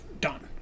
done